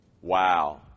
Wow